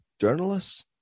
Journalists